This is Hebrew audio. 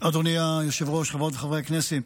אדוני היושב-ראש, חברות וחברי הכנסת,